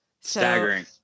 Staggering